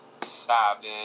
savage